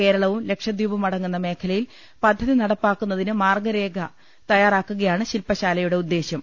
കേര ളവും ലക്ഷദ്വീപുമടങ്ങുന്ന മേഖലയിൽ പദ്ധതി നടപ്പാക്കുന്നതിന് മാർഗ്ഗ രേഖ തയ്യാറാക്കുകയാണ് ശിൽപശാലയുടെ ഉദ്ദേശ്യം